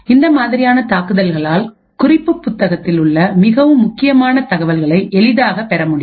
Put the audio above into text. இந்த மாதிரியான தாக்குதல்களால் குறிப்புப் புத்தகத்தில் உள்ள மிகவும் முக்கியமான தகவல்களை எளிதாக பெறமுடியும்